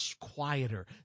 quieter